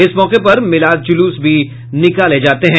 इस मौके पर मिलाद जुलूस भी निकाले जाते हैं